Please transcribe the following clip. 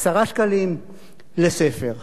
10 שקלים לספר.